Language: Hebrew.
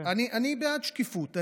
אני בעד שקיפות,